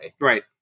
Right